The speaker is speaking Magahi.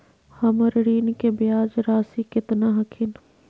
हमर ऋण के ब्याज रासी केतना हखिन?